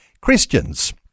Christians